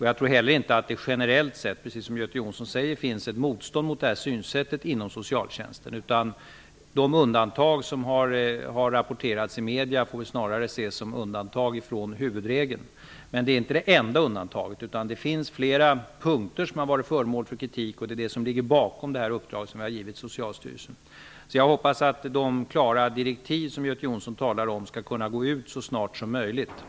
Jag tror heller inte att det generellt sett, precis som Göte Jonsson säger, finns ett motstånd mot detta synsätt inom socialtjänsten. De undantag som har rapporterats i medierna får snarare ses som undantag från huvudregeln. Men det är inte det enda undantaget. Det finns flera punkter som har varit föremål för kritik. Det är det som ligger bakom det uppdrag som vi har givit Socialstyrelsen. Jag hoppas att de klara direktiv som Göte Jonsson talar om skall kunna gå ut så snart som möjligt.